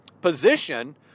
position